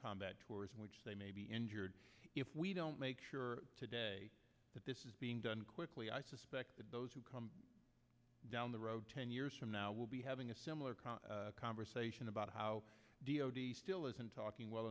combat tours in which they may be injured if we don't make sure today that this is being done quickly i suspect that those who come down the road ten years from now will be having a similar conversation about how still isn't talking well